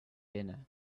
dinner